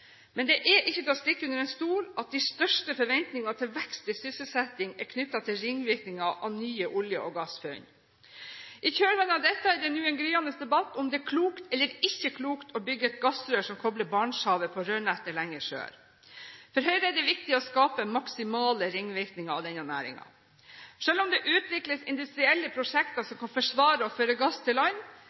Men det er ikke til å stikke under stol at de største forventningene til vekst i sysselsettingen er knyttet til ringvirkninger av nye olje- og gassfunn. I kjølvannet av dette er det nå en gryende debatt om det er klokt eller ikke klokt å bygge et gassrør som kobler Barentshavet på rørnettet lenger sør. For Høyre er det viktig å skape maksimale ringvirkninger av denne næringen. Selv om det utvikles industrielle prosjekter som kan forsvare å føre gass til land,